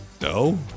No